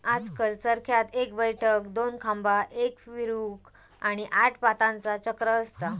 आजकल चरख्यात एक बैठक, दोन खांबा, एक फिरवूक, आणि आठ पातांचा चक्र असता